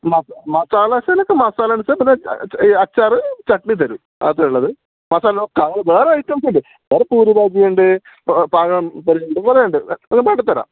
മസാലദോശയിലേക്ക് മസാല പിന്നെ അച്ചാർ ചട്ണി തരും ആദ്യമുള്ളത് മസാലദോശ വേറെ ഐറ്റംസ് ഉണ്ട് വേറെ പൂരി ബാജി ഉണ്ട് പഴംപൊരി ഉണ്ട് കുറേ ഉണ്ട് അതൊക്കെ ആക്കി തരാം